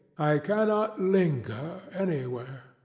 i cannot linger anywhere.